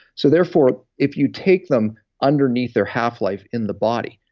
so therefore, if you take them underneath their half-life in the body,